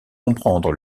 comprendre